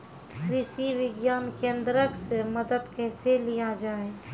कृषि विज्ञान केन्द्रऽक से मदद कैसे लिया जाय?